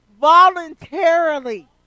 voluntarily